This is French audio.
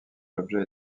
l’objet